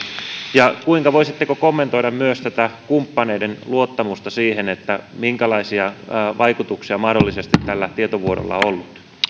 ja voisitteko kommentoida myös kumppaneiden luottamusta minkälaisia vaikutuksia tällä tietovuodolla mahdollisesti on